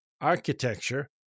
architecture